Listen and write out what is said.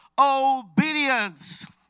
Obedience